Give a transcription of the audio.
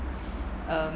um